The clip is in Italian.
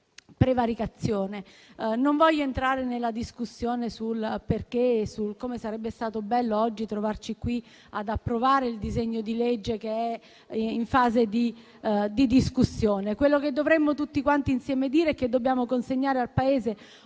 prevaricazione. Non voglio entrare nella discussione su come sarebbe stato bello oggi trovarci qui ad approvare il disegno di legge che è in fase di discussione. Quello che dovremmo tutti quanti insieme dire è che dobbiamo consegnare al Paese una norma